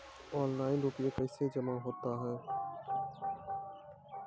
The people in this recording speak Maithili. ऑनलाइन रुपये कैसे जमा होता हैं?